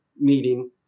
meeting